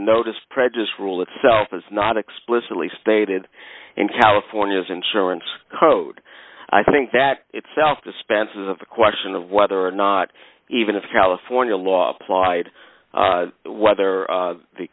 notice prejudice rule itself is not explicitly stated in california's insurance code i think that itself dispenses of the question of whether or not even if california law applied whether